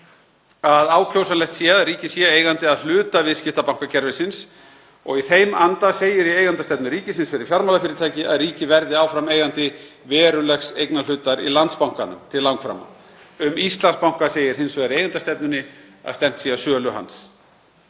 að ákjósanlegt sé að ríkið sé eigandi að hluta viðskiptabankakerfisins og í þeim anda segir í eigendastefnu ríkisins fyrir fjármálafyrirtæki að ríkið verði áfram eigandi verulegs eignarhlutar í Landsbankanum til langframa. Um Íslandsbanka segir hins vegar í eigendastefnunni að stefnt sé að sölu hans.